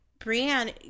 Brienne